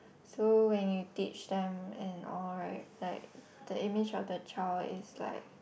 so when you teach them and all right like the image of the child is like